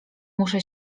muszę